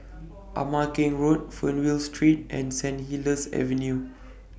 Ama Keng Road Fernvale Street and Saint Helier's Avenue